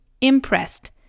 Impressed